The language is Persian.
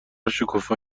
شکوفا